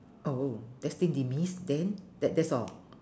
oh destined demise then that that's all